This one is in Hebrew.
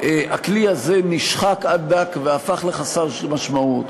הכלי הזה נשחק עד דק והפך לחסר משמעות.